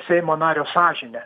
seimo nario sąžinė